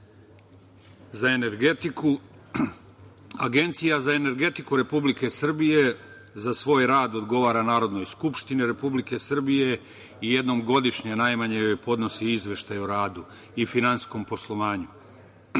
za energetiku, Agencija za energetiku Republike Srbije za svoj rad odgovara Narodnoj skupštini Republike Srbije i jednom godišnje najmanje joj podnosi izveštaj o radu i finansijskom poslovanju. Ovaj